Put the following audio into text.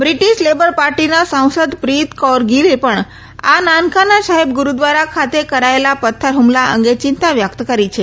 British Labour પાર્ટીના સાંસદ પ્રીત કોર ગીલે પણ નાનકાના સાહેબ ગુરૂદ્વારા ખાતે કરાચેલા પથ્થર હ્મલા અંગે ચિંતા વ્યકત કરી છે